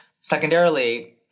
Secondarily